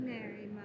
Mary